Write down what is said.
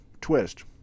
twist